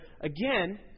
again